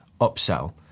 upsell